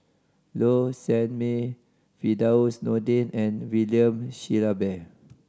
Low Sanmay Firdaus Nordin and William Shellabear